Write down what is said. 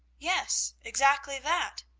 yes, exactly that.